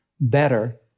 better